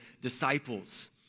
disciples